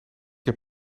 heb